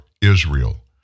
Israel